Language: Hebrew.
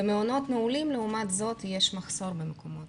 במעונות נעולים, לעומת זאת, יש מחסור במקומות.